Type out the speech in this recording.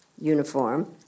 uniform